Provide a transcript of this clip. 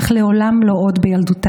אך לעולם לא עוד בילדותם.